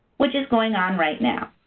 which is going on right now.